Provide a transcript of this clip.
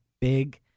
big